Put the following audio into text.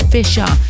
Fisher